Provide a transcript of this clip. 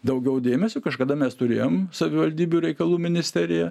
daugiau dėmesio kažkada mes turėjom savivaldybių reikalų ministeriją